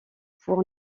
pour